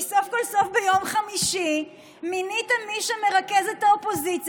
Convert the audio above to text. כי סוף כל סוף ביום חמישי מיניתם מי שמרכז את האופוזיציה